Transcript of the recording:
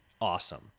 Awesome